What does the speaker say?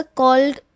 called